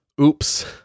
Oops